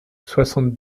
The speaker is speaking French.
soixante